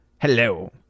Hello